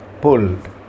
pulled